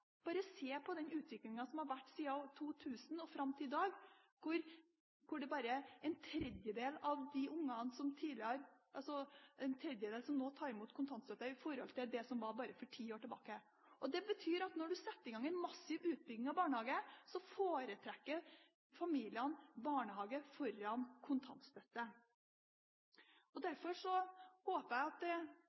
Bare se på den utviklingen som har vært siden 2000 og fram til i dag, det er bare en tredjedel som tar imot kontantstøtte i dag i forhold til for bare ti år tilbake. Dette betyr at når man setter i gang en massiv utbygging av barnehager, foretrekker familiene barnehage framfor kontantstøtte. Derfor håper jeg at